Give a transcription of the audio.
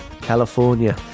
California